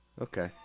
Okay